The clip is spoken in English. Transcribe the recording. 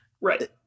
Right